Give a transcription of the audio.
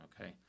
okay